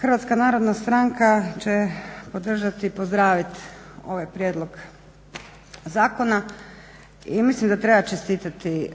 kolegice i kolege. HNS će podržati i pozdravit ovaj prijedlog zakona i mislim da treba čestitati